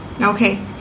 Okay